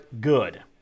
good